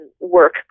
work